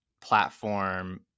platform